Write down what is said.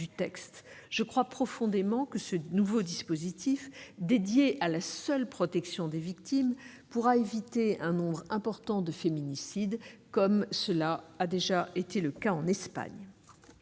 Je crois profondément que ce nouveau dispositif, dédié à la seule protection des victimes, pourra éviter un nombre important de féminicides, comme cela a été le cas en Espagne.